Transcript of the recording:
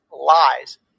lies